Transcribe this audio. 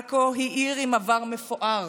עכו היא עיר עם עבר מפואר